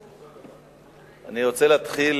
אני רוצה להתחיל